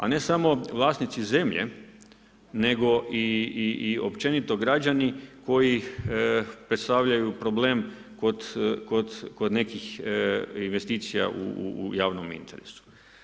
A ne samo vlasnici zemlje nego i općenito građani koji predstavljaju problem kod nekih investicija u javnom interesu.